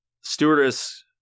stewardess